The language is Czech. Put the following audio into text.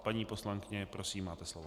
Paní poslankyně, prosím, máte slovo.